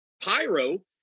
pyro